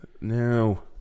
No